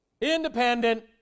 Independent